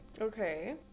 Okay